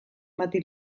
bati